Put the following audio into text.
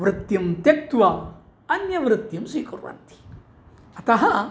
वृत्तिं त्यक्त्वा अन्यवृत्तिं स्वीकुर्वन्ति अतः